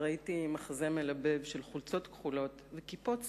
וראיתי מחזה מלבב של חולצות כחולות וכיפות סרוגות,